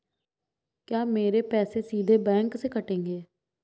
क्या मेरे पैसे सीधे बैंक से कटेंगे?